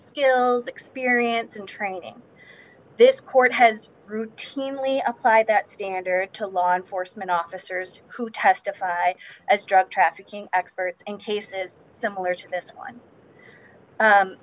skills experience and training this court has routinely applied that standard to law enforcement officers who testify as drug trafficking experts in cases similar to this one